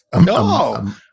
No